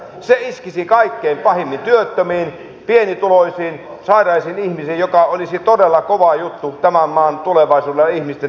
se iskisi kaikkein pahimmin työttömiin pienituloisiin sairaisiin ihmisiin mikä olisi todella kova juttu tämän maan tulevaisuudelle ja ihmisten hyvinvoinnille